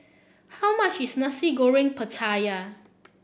how much is Nasi Goreng Pattaya